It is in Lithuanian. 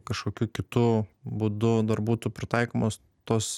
kažkokiu kitu būdu dar būtų pritaikomos tos